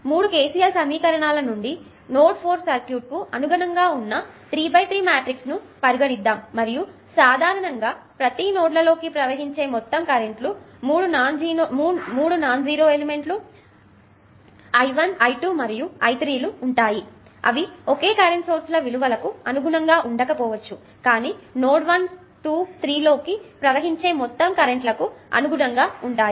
కాబట్టి 3 KCL సమీకరణాలు నుండి నోడ్ 4 సర్క్యూట్కు అనుగుణంగా ఉన్న 3 x 3 మ్యాట్రిక్స్ను పరిగణిస్తాను మరియు సాధారణంగా ప్రతి నోడ్లలోకి ప్రవహించే మొత్తం కరెంట్ లు అనగా మూడు non zero elements I1 I2 మరియు I3 లు ఉంటాయి అవి ఒకే కరెంటు సోర్స్ ల విలువలకు అనుగుణంగా ఉండకపోవచ్చు కానీ నోడ్ 123 లో కి ప్రవహించే మొత్తం కరెంట్ లకు అనుగుణంగా ఉంటాయి